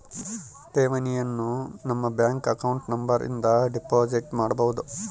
ಠೇವಣಿಯನು ನಮ್ಮ bank account number ಇಂದ ಡೆಪೋಸಿಟ್ ಮಾಡ್ಬೊದು